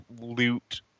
loot